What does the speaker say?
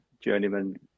journeyman